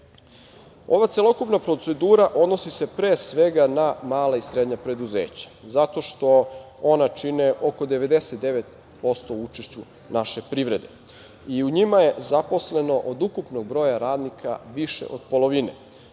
celokupna procedura odnosi se pre svega na mala i srednja preduzeća zato što ona čine oko 99% u učešću naše privrede i u njima je zaposleno od ukupnog broja radnika više od polovine.